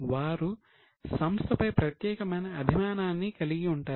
వారు సంస్థ పై ప్రత్యేకమైన అభిమానాన్ని కలిగి ఉంటారు